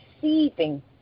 deceiving